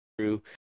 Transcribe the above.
true